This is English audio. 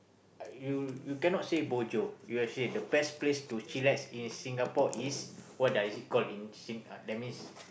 you you cannot say bo jio you have say the best place to chillax in Singapore is what does it call in sing~ uh that means